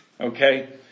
Okay